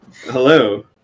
Hello